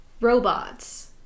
robots